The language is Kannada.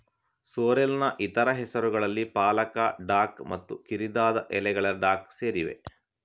ಸೋರ್ರೆಲ್ನ ಇತರ ಹೆಸರುಗಳಲ್ಲಿ ಪಾಲಕ ಡಾಕ್ ಮತ್ತು ಕಿರಿದಾದ ಎಲೆಗಳ ಡಾಕ್ ಸೇರಿವೆ